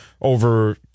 over